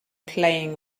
playing